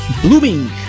Blooming